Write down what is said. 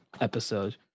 episode